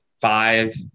five